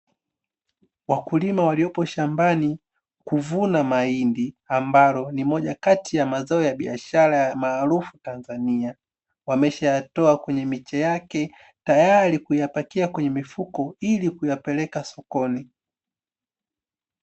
Wakulima waliopo shambani kuvuna mahindi, ambalo ni moja kati ya mazao ya biashara maarufu Tanzania. Wameshayatoa kwenye miche yake tayari kuyapakia kwenye mifuko ili kuyapeleka sokoni.